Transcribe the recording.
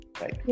right